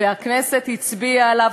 והכנסת הצביעה עליו,